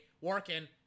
working